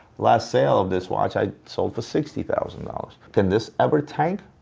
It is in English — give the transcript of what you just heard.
last sale of this watch, i sold for sixty thousand dollars. can this ever tank?